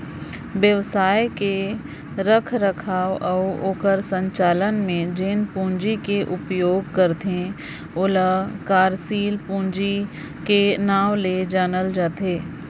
बेवसाय कर रखरखाव अउ ओकर संचालन में जेन पूंजी कर उपयोग करथे ओला कारसील पूंजी कर नांव ले जानल जाथे